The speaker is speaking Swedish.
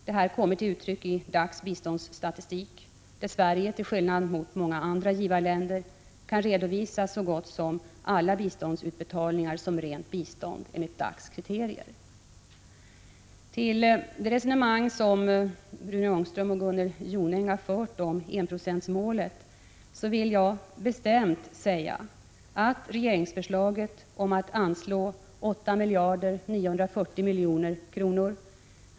Detta kommer till uttryck i DAC:s statistik, där Sverige till skillnad mot många andra givarländer kan redovisa så gott som alla biståndsutbetalningar som rent bistånd enligt DAC:s kriterier. Till det resonemang som Rune Ångström och Gunnel Jonäng har fört om enprocentsmålet vill jag bestämt säga att regeringsförslaget om att anslå 8 940 000 000 kr.